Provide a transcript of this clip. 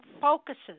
focuses